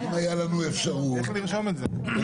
אם הייתה לנו אפשרות כנציגות --- איך לרשום את זה?